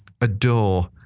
adore